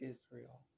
Israel